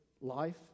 life